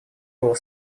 было